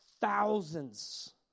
thousands